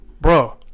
Bro